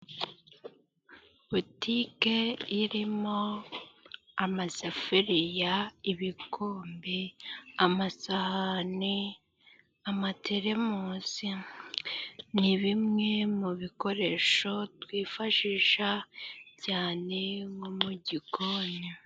Botike irimo amasafuririya, ibikombe, amasahani, amatelemosi. Ni bimwe mu bikoresho twifashisha cyane nko mu gikoni.